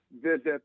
visit